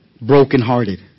brokenhearted